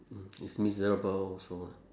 mm it's miserable also lah